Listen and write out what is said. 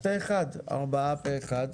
ארבעה פה אחד.